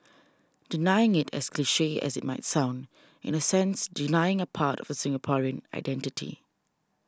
denying it as cliche as it might sound is in a sense denying a part of the Singaporean identity